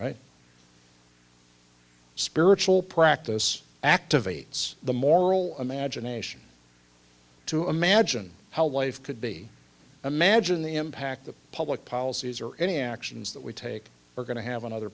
right spiritual practice activates the moral imagination to imagine how life could be imagine the impact the public policies or any actions that we take are going to have on other